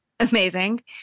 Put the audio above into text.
Amazing